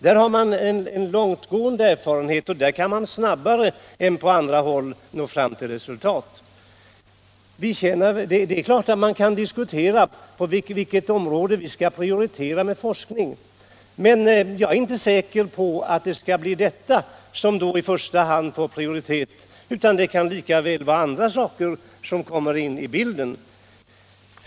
Man har där långtgående erfarenheter och kan därför snabbare än på andra håll nå fram till resultat. Vi kan givetvis diskutera vilket område som skall prioriteras med forskning, men jag är inte säker på att det blir just detta område som då i första hand skulle få prioritet. Det kan lika gärna vara andra områden som kommer in i bilden.